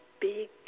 big